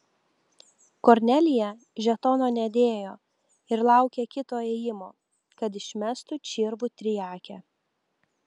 kornelija žetono nedėjo ir laukė kito ėjimo kad išmestų čirvų triakę